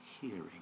hearing